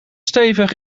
stevig